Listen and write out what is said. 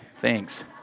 Thanks